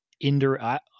indirect